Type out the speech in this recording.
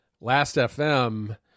Last.fm